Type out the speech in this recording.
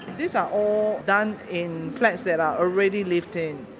these are all done in flats that are already lived in,